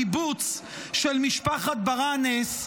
הקיבוץ של משפחת ברנס,